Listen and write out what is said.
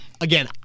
again